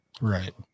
Right